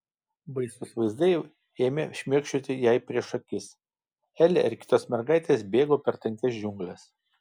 baisūs vaizdai ėmė šmėkščioti jai prieš akis elė ir kitos mergaitės bėgo per tankias džiungles